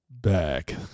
back